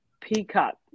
Peacock